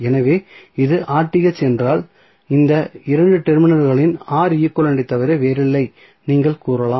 எனவே இது என்றால் இந்த 2 டெர்மினல்களில் ஐ தவிர வேறில்லை நீங்கள் கூறலாம்